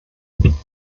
gewinnen